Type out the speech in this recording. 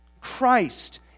Christ